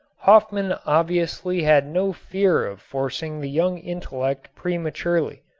hofmann obviously had no fear of forcing the young intellect prematurely.